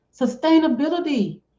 Sustainability